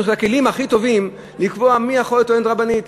יש לו הכלים הכי טובים לקבוע מי יכולה להיות טוענת רבנית.